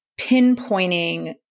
pinpointing